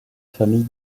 famille